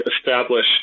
establish